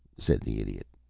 said the idiot.